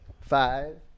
Five